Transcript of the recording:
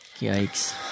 Yikes